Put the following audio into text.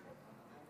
בבקשה.